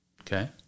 Okay